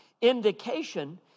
indication